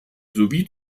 sowie